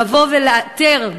לבוא ולאתר,